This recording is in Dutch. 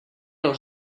dan